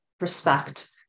respect